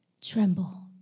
Tremble